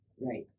Right